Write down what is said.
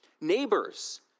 Neighbors